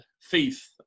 faith